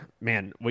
man